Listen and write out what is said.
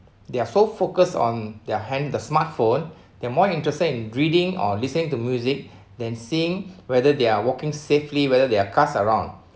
they are so focus on their hand the smart phone they're more interested in reading or listening to music than seeing whether they are walking safely whether there are cars around